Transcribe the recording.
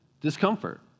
discomfort